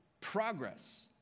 progress